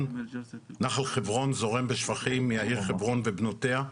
נחל חברון זורם בשפכים מהעיר חברון ובנותיה,